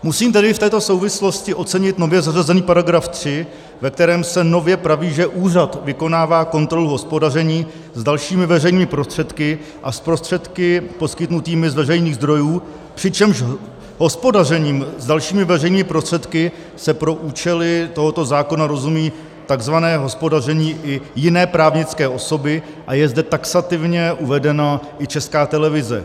Musím tedy v této souvislosti ocenit nově zařazený § 3, ve kterém se nově praví, že úřad vykonává kontrolu hospodaření s dalšími veřejnými prostředky a s prostředky poskytnutými z veřejných zdrojů, přičemž hospodařením s dalšími veřejnými prostředky se pro účely tohoto zákona rozumí tzv. hospodaření i jiné právnické osoby, a je zde taxativně uvedena i Česká televize.